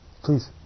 Please